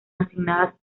asignadas